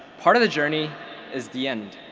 part of the journey is the end.